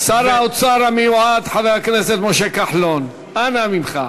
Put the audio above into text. שר האוצר המיועד חבר הכנסת משה כחלון, אנא ממך.